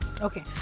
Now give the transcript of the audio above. Okay